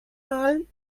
malen